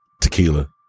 tequila